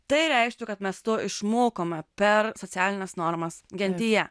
tai reikštų kad mes to išmokome per socialines normas gentyje